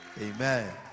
Amen